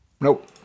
Nope